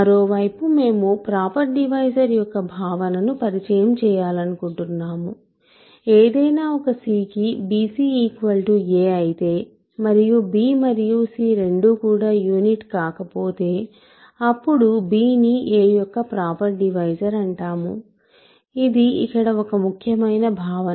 మరోవైపు మేము proper divisor యొక్క భావనను పరిచయం చేయాలనుకుంటున్నాము ఏదైనా ఒక c కి bc a అయితే మరియు b మరియు c రెండూ కూడా యూనిట్ కాకపోతే అప్పుడు b ని a యొక్క ప్రాపర్ డివైజర్ అంటాము ఇది ఇక్కడ ఒక ముఖ్యమైన భావన